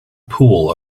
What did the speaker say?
pool